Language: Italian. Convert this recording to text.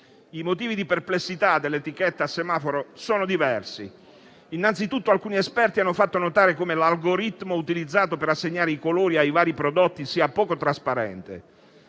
I motivi di perplessità delle etichette a semaforo sono diversi. Innanzitutto, alcuni esperti hanno fatto notare come l'algoritmo utilizzato per assegnare i colori ai vari prodotti sia poco trasparente.